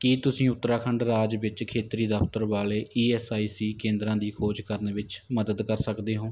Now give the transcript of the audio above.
ਕੀ ਤੁਸੀਂ ਉਤਰਾਖੰਡ ਰਾਜ ਵਿੱਚ ਖੇਤਰੀ ਦਫ਼ਤਰ ਵਾਲੇ ਈ ਐੱਸ ਆਈ ਸੀ ਕੇਂਦਰਾਂ ਦੀ ਖੋਜ ਕਰਨ ਵਿੱਚ ਮਦਦ ਕਰ ਸਕਦੇ ਹੋ